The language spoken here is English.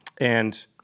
and-